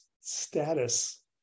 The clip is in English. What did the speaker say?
status